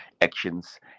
actions